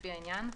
לפי העניין,